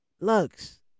Lux